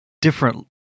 different